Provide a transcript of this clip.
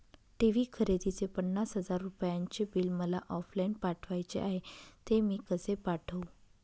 TV खरेदीचे पन्नास हजार रुपयांचे बिल मला ऑफलाईन पाठवायचे आहे, ते मी कसे पाठवू?